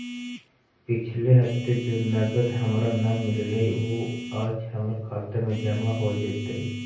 पिछले हफ्ते जो नकद हमारा न मिललइ वो आज हमर खता में जमा हो जतई